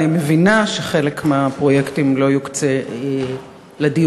אני מבינה שחלק מהפרויקטים לא יוקצה לדיור